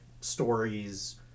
stories